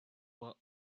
were